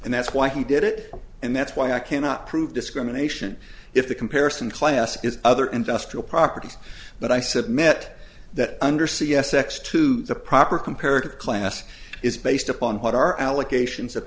and that's why he did it and that's why i cannot prove discrimination if the comparison class is other industrial properties but i submit that under c s x to the proper comparative class is based upon what our allegations of